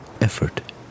effort